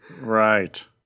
Right